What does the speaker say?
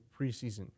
preseason